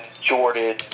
Jordan